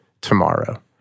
tomorrow